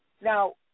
Now